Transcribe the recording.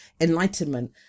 enlightenment